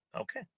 Okay